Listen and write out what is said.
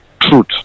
truth